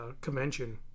convention